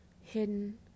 hidden